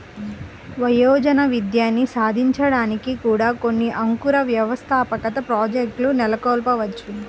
వయోజన విద్యని సాధించడానికి కూడా కొన్ని అంకుర వ్యవస్థాపక ప్రాజెక్ట్లు నెలకొల్పవచ్చు